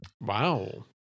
Wow